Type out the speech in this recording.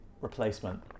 replacement